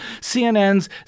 CNN's